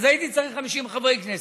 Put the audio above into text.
אז הייתי צריך 50 חברי כנסת.